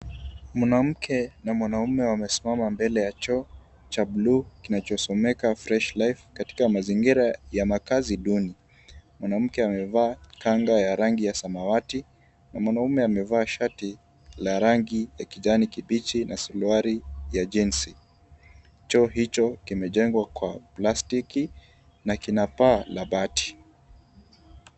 Mwanamke na mwanaume wamesimama mbele ya choo cha bluu kinachosomeka fresh life katika mazingira ya makazi duni. Mwanamke amevaa kanga ya rangi ya samawati, na mwanaume amevaa shati la rangi ya kijani kibichi na suruali ya jeans . Choo hicho kimejengwa kwa plastiki na kina paa la bati.